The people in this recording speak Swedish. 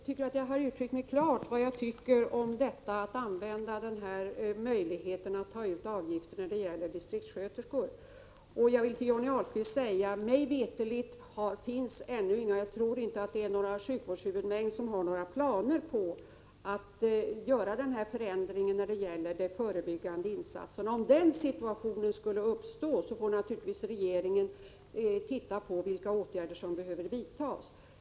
Herr talman! Jag tycker att jag har uttryckt mig klart beträffande möjligheten att ta ut avgift när det gäller besök hos distriktssköterskor. Till Johnny Ahlqvist vill jag säga: Jag tror inte att några sjukvårdshuvudmän har planer på en sådan här ändring när det gäller de förebyggande insatserna. Om den situationen skulle uppstå får naturligtvis regeringen se på vilka åtgärder som behöver vidtas.